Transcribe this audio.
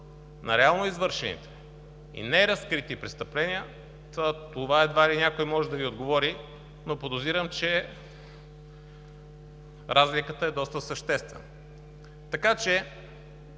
на реално извършените и неразкрити престъпления – едва ли някой може да Ви отговори, но подозирам, че разликата е доста съществена. Така че